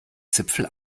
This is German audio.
zipfel